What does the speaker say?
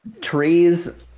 trees